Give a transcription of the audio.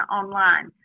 online